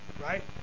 Right